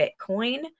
Bitcoin